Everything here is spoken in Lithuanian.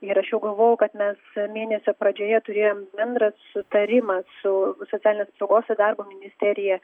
ir aš jau galvojau kad mes mėnesio pradžioje turėjom bendrą sutarimą su socialinės apsaugos ir darbo ministerija